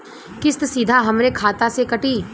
किस्त सीधा हमरे खाता से कटी?